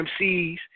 MCs